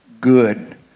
good